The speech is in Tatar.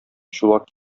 чулак